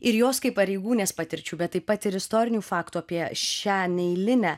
ir jos kaip pareigūnės patirčių bet taip pat ir istorinių faktų apie šią neeilinę